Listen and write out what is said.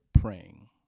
praying